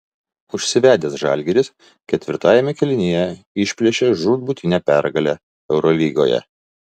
užsivedęs žalgiris ketvirtame kėlinyje išplėšė žūtbūtinę pergalę eurolygoje